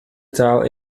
taal